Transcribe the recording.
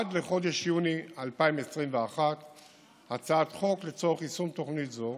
עד לחודש יוני 2021. הצעת חוק לצורך יישום תוכנית זו